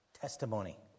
testimony